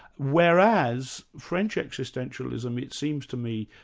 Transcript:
whereas french existentialism, it seems to me,